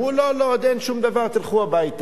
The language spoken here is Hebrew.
אמרו: לא, לא, עוד אין שום דבר, תלכו הביתה.